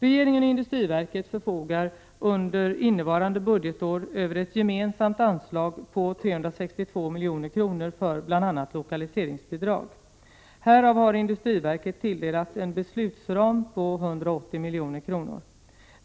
Regeringen och industriverket förfogar under innevarande budgetår över ett gemensamt anslag på 362 milj.kr. för bl.a. lokaliseringsbidrag. Härav har industriverket tilldelats en beslutsram på 180 milj.kr.